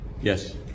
Yes